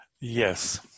Yes